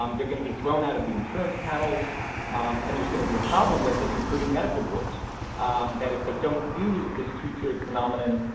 um they're going to be thrown out of the insurance panels and there's going to be a problem with it, including medical boards-that if they don't use this two-tiered phenomenon,